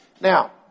Now